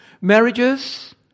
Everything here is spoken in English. Marriages